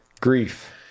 Grief